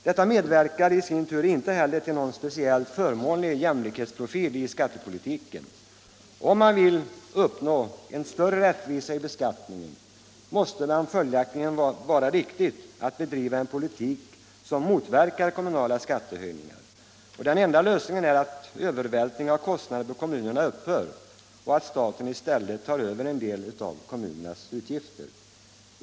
Detta medverkar i sin tur heller inte till någon speciellt förmånlig jämlikhetsprofil i skattepolitiken. Om man vill uppnå större rättvisa i beskattningen måste det följaktligen vara riktigt att bedriva en politik som motverkar kommunala skattehöjningar. Den enda lösningen är att övervältringen av kostnader på kommunerna upphör och att staten i stället tar på sig en del av kommunernas utgifter.